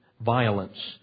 violence